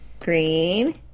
Green